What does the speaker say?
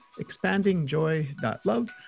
ExpandingJoy.Love